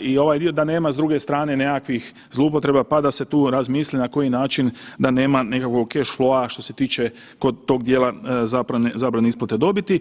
i ovaj dio, da nema s druge strane nekakvih zloupotreba, pa da se tu razmisli na koji načina da nema nekakvog keš …/nerazumljivo/… što se tiče kod tog dijela zabrane isplate dobiti.